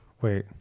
wait